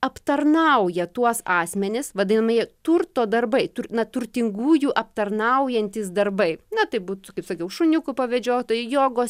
aptarnauja tuos asmenis vadinamieji turto darbai na turtingųjų aptarnaujantys darbai na tai būtų kaip sakiau šuniukų pavėdžiotojai jogos